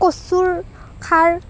কচুৰ খাৰ